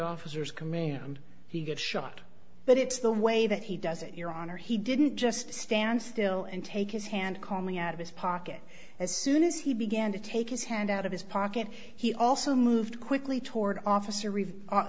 officers command he get shot but it's the way that he does it your honor he didn't just stand still and take his hand coming out of his pocket as soon as he began to take his hand out of his pocket he also moved quickly toward officer